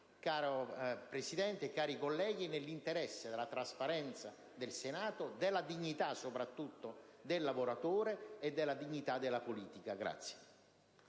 cara Presidente e cari colleghi, nell'interesse della trasparenza del Senato, della dignità soprattutto del lavoratore e dignità della politica.